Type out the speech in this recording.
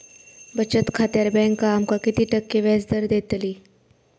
बचत खात्यार बँक आमका किती टक्के व्याजदर देतली?